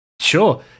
sure